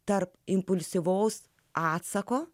tarp impulsyvaus atsako